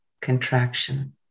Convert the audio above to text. Contraction